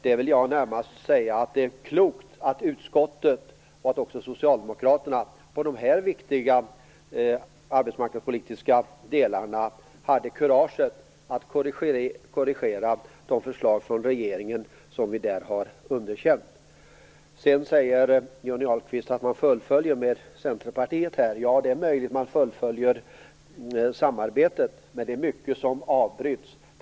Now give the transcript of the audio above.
Det är klokt att utskottet och också Socialdemokraterna i de här viktiga arbetsmarknadspolitiska frågorna hade kuraget att korrigera de förslag från regeringen som vi har underkänt. Johnny Ahlqvist säger också att man fullföljer samarbetet med Centerpartiet. Ja, det är möjligt att man fullföljer det samarbetet, men det är också mycket som avbryts.